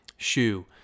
Shoe